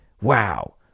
Wow